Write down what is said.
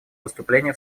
выступление